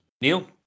Neil